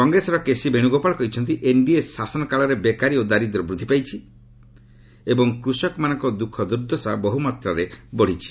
କଂଗ୍ରେସର କେସି ବେଣୁଗୋପାଳ କହିଛନ୍ତି ଏନ୍ଡିଏ ଶାସନ କାଳରେ ବେକାରି ଓ ଦାରିଦ୍ର୍ୟ ବୃଦ୍ଧି ପାଇଛି ଏବଂ କୃଷକମାନଙ୍କର ଦୁଃଖ ଦୁର୍ଦ୍ଦଶା ବହୁମାତ୍ରାରେ ବୃଦ୍ଧି ପାଇଛି